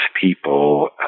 people